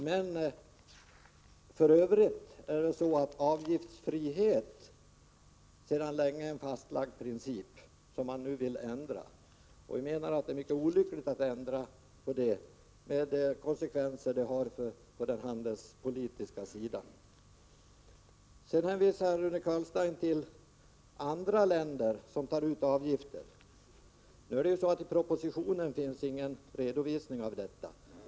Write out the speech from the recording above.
Men för övrigt är avgiftsfrihet en sedan länge fastlagd princip, som regeringen nu vill ändra. Vi menar att det vore olyckligt om denna princip ändrades, med hänsyn till de konsekvenser som det får på den handelspolitiska sidan. Rune Carlstein hänvisar till andra länder som tar ut avgifter. I propositionen fanns dock ingen redovisning av detta.